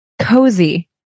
cozy